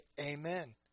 amen